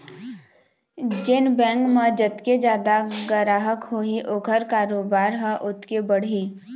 जेन बेंक म जतके जादा गराहक होही ओखर कारोबार ह ओतके बढ़ही